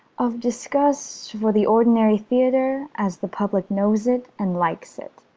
of disgust for the ordinary theatre as the public knows it and likes it.